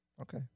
Okay